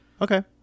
okay